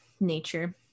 nature